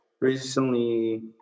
recently